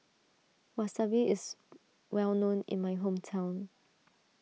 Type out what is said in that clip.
Wasabi is well known in my hometown